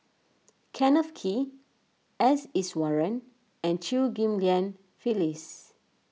Kenneth Kee S Iswaran and Chew Ghim Lian Phyllis